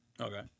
Okay